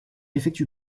effectue